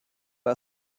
war